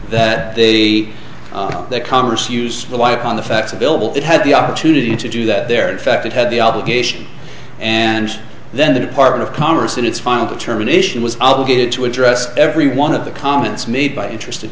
that the that congress use rely upon the facts available that had the opportunity to do that there in fact it had the obligation and then the department of commerce in its final determination was obligated to address every one of the comments made by interested